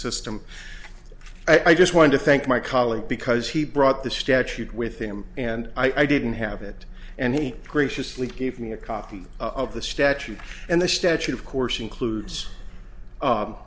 system i just want to thank my colleague because he brought the statute with him and i didn't have it and he graciously gave me a copy of the statute and the statute of course includes